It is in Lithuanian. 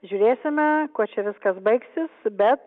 žiūrėsime kuo čia viskas baigsis bet